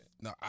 No